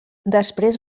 després